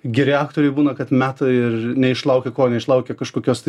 geri aktoriai būna kad meta ir neišlaukia kol neišlaukia kažkokios tai